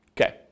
Okay